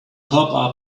pop